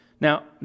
Now